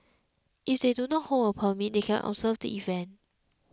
if they do not hold a permit they can observe the event